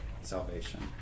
salvation